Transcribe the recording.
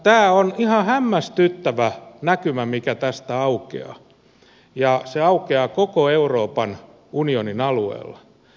tämä on ihan hämmästyttävä näkymä mikä tästä aukeaa ja se aukeaa koko euroopan unionin alueella